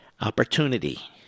Opportunity